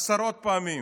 עשרות פעמים